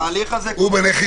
זה גם עונה לשאלה אולי של קארין